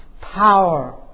power